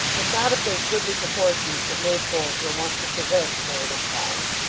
if not of those goodly proportions that maypoles were wont to present in olden times,